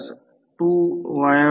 तर Ic 0